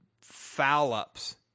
foul-ups